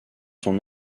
son